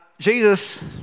Jesus